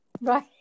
Right